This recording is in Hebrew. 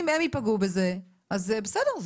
אם הם ייפגעו בזה, אז בסדר.